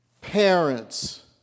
parents